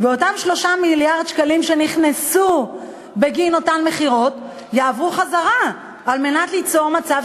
אותם 3 מיליארד שקלים שנכנסו בגין אותן מכירות יועברו כדי ליצור מצב